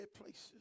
places